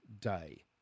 day